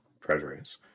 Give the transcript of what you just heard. treasuries